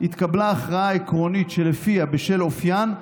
התקבלה הכרעה עקרונית שלפיה בשל אופיין,